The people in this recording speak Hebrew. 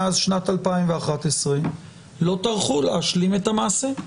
מאז שנת 2011 לא טרחו להשלים את המעשה.